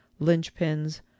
linchpins